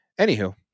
anywho